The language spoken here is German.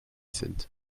sind